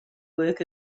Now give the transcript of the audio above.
work